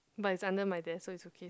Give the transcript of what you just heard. but is under my desk so is okay